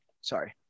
Sorry